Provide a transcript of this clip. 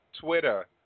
Twitter